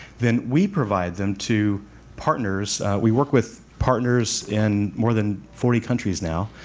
then we provide them to partners we work with partners in more than forty countries now.